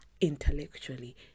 intellectually